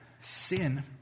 sin